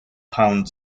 pound